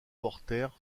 portèrent